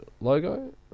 logo